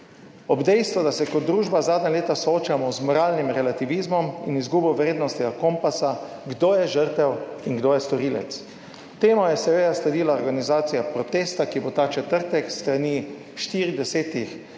ob dejstvu, da se kot družba zadnja leta soočamo z moralnim relativizmom in izgubo vrednostnega kompasa, kdo je žrtev in kdo je storilec. Temu je seveda sledila organizacija protesta, ki bo ta četrtek s strani 40 nevladnih